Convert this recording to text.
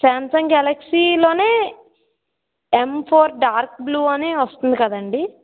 Samsung Galaxy లోనే M four dark blue అ ని వస్తుంది కాదా అండి